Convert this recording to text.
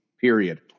period